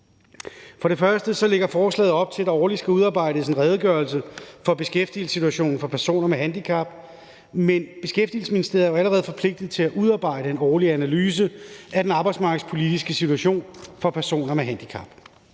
For det første lægger forslaget op til, at der årligt skal udarbejdes en redegørelse for beskæftigelsessituationen for personer med handicap. Men Beskæftigelsesministeriet er allerede forpligtet til at udarbejde en årlig analyse af den arbejdsmarkedspolitiske situation for personer med handicap.